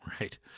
right